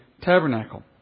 tabernacle